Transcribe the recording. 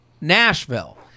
Nashville